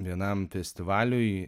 vienam festivaliui